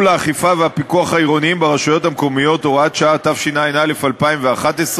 2 והוראת שעה), התשע"ה 2015,